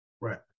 Right